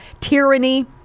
tyranny